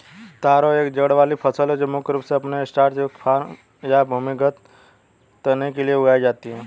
तारो एक जड़ वाली फसल है जो मुख्य रूप से अपने स्टार्च युक्त कॉर्म या भूमिगत तने के लिए उगाई जाती है